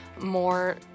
more